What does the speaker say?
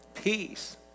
peace